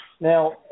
Now